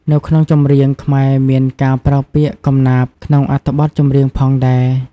នៅក្នុងចម្រៀងខ្មែរមានការប្រើពាក្យកំណាព្យក្នុងអត្ថបទចម្រៀងផងដែរ។